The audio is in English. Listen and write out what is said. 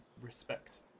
respect